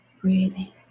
breathing